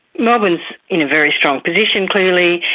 melbourne in a very strong position clearly,